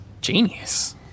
genius